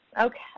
Okay